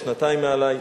שנתיים מעלי.